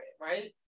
right